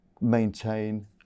maintain